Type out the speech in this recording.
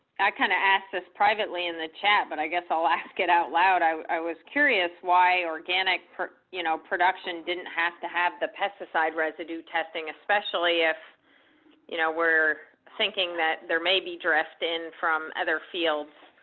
i kinda asked this privately in the chat, but i guess i'll ask it out loud. i was curious why organic you know production didn't have to have the pesticide residue testing, especially if you know we're thinking that there maybe dressed in from other fields?